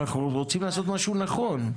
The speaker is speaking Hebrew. אבל אנחנו רוצים לעשות משהו נכון.